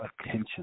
attention